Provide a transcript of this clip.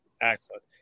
Excellent